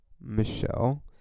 Michelle